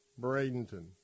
Bradenton